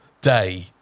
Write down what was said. day